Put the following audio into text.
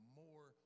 more